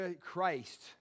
Christ